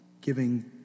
giving